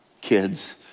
kids